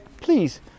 please